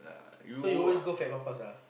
so you always go Fat-Papas lah